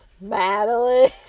Madeline